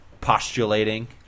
postulating